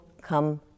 come